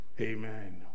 Amen